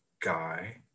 guy